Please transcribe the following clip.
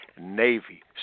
Navy